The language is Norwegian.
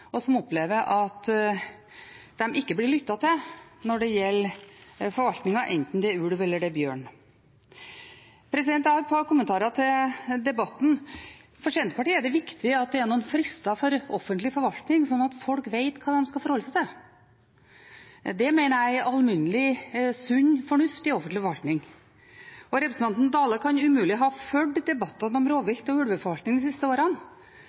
og som opplever at de ikke blir lyttet til når det gjelder forvaltningen, enten det er ulv eller bjørn. Jeg har et par kommentarer til debatten. For Senterpartiet er det viktig at det er noen frister for offentlig forvaltning, slik at folk vet hva de skal forholde seg til. Det mener jeg er alminnelig sunn fornuft i offentlig forvaltning. Representanten Dale kan umulig ha fulgt debattene om rovvilt og ulveforvaltning de siste årene.